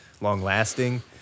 long-lasting